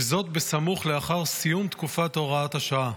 וזאת בסמוך לאחר סיום תקופת הוראת השעה.